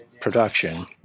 production